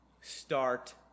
start